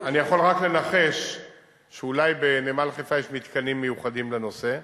אני יכול רק לנחש שאולי בנמל חיפה יש מתקנים מיוחדים לנושא,